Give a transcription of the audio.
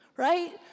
Right